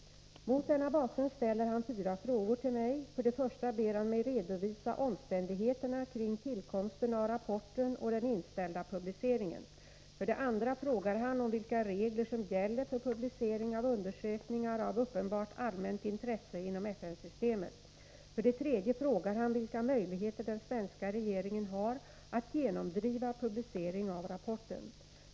Mot denna bakgrund ställer han fyra frågor till mig. För det första ber han mig redovisa omständigheterna kring tillkomsten av rapporten och den inställda publiceringen. För det andra frågar han om vilka regler som gäller för publicering av undersökningar av uppenbart allmänt intresse inom FN-systemet. För det tredje frågar han vilka möjligheter den svenska regeringen har att genomdriva publicering av rapporten.